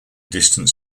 distant